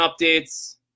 Updates